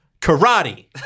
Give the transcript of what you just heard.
karate